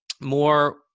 more